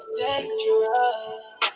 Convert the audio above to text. dangerous